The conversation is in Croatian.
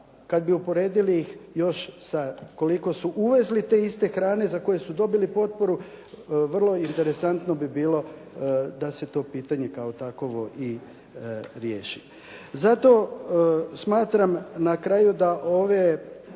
kada bi ih uporedili još sa koliko su uvezli te iste hrane za koju su dobili potporu, vrlo interesantno bi bilo da se to pitanje kao takovo i riješi. Zato smatram na kraju da ove